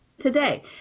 today